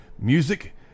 music